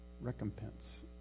recompense